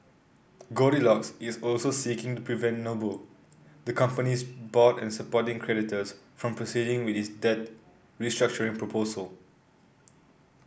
goldilocks is also seeking to prevent Noble the company's board and supporting creditors from proceeding with its debt restructuring proposal